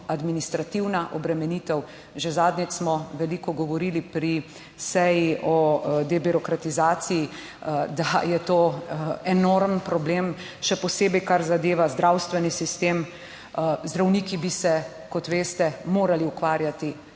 administrativna obremenitev. Že zadnjič smo veliko govorili pri seji o debirokratizaciji, da je to enormen problem, še posebej kar zadeva zdravstveni sistem. Zdravniki bi se, kot veste, morali ukvarjati